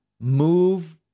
move